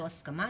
לא הסכמה.